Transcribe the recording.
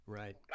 right